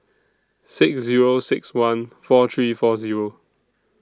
six Zero six one four three four Zero